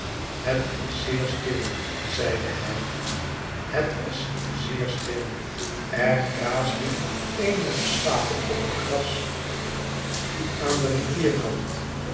het is zeer stil zeide hij het was zeer stil er graasden eenige schapen op het gras aan den